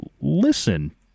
listen